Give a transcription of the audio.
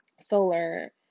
solar